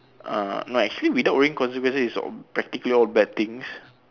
uh not actually without worrying consequences is practically all bad things